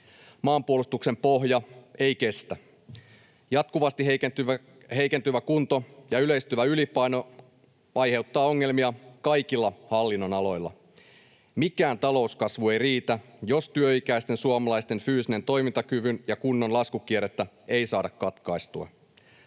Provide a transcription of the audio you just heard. Maanpuolustuksen pohja ei kestä. Jatkuvasti heikentyvä kunto ja yleistyvä ylipaino aiheuttaa ongelmia kaikilla hallinnonaloilla. Mikään talouskasvu ei riitä, jos työikäisten suomalaisten fyysisen toimintakyvyn ja kunnon laskukierrettä ei saada katkaistua.